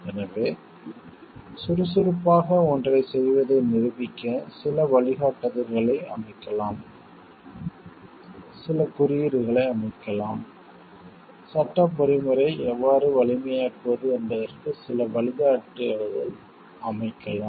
எனவே சுறுசுறுப்பாக ஒன்றைச் செய்வதை நிரூபிக்க சில வழிகாட்டுதல்களை அமைக்கலாம் சில குறியீடுகளை அமைக்கலாம் சட்டப் பொறிமுறையை எவ்வாறு வலிமையாக்குவது என்பதற்கு சில வழிகாட்டுதல்களை அமைக்கலாம்